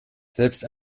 selbst